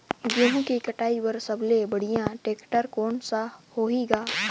गहूं के कटाई पर सबले बढ़िया टेक्टर कोन सा होही ग?